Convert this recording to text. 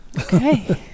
Okay